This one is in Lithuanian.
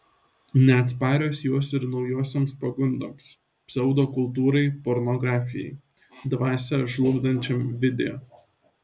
neatsparios jos ir naujosioms pagundoms pseudokultūrai pornografijai dvasią žlugdančiam video